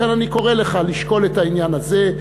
לכן אני קורא לך לשקול את העניין הזה.